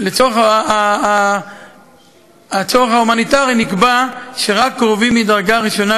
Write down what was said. לצורך הצורך ההומניטרי נקבע שרק קרובים מדרגה ראשונה